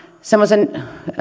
semmoisen